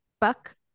buck